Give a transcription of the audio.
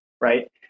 right